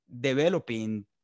developing